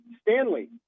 Stanley